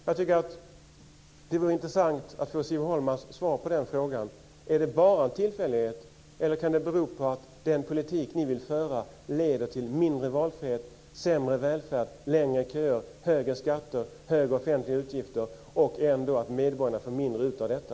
Jag tycker att det vore intressant att få Siv Holmas svar på frågan om det bara är en tillfällighet eller om det kan bero på att den politik som ni vill föra leder till mindre valfrihet, sämre välfärd, längre köer, högre skatter, högre offentliga utgifter och att medborgarna ändå får ut mindre av detta.